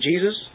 Jesus